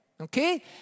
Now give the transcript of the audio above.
okay